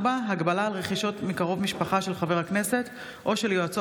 4. הגבלה על רכישות מקרוב משפחה של חבר הכנסת או של יועצו